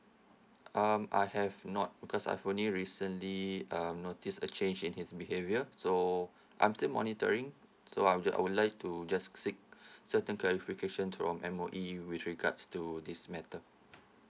um I have not because I've only recently um notice a change in his behaviour so I'm still monitoring so I'm I would like to just seek certain clarification from M_O_E with regards to this matter